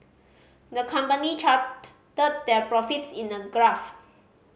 the company charted their profits in a graph